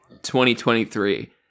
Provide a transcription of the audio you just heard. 2023